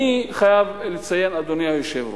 אני חייב לציין, אדוני היושב-ראש,